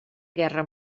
guerra